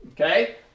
Okay